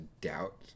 doubt